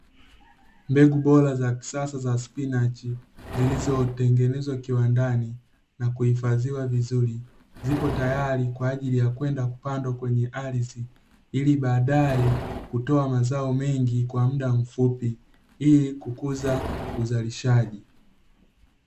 Mbegu bora za kisasa za spinachi zilizotengenezwa kiwandani na kuhifadhiwa vizuri, ziko tayari kwa ajili ya kwenda kupandwa kwenye ardhi, ili baadaye kutoa mazao mengi kwa muda mfupi ili kukuza uzalishaji.